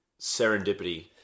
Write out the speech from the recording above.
serendipity